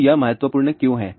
तो यह महत्वपूर्ण क्यों है